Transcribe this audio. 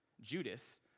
Judas